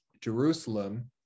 Jerusalem